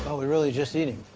we're really just eating.